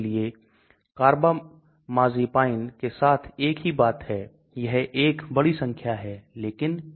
तो आप एक संतुलन लेते हैं 2 हाइड्रोफिलिक है 4 हाइड्रोफोबिक है लेकिन यह ना तो इसका बहुत अधिक है और ना ही उसका बहुत अधिक है यह इसकी सुंदरता है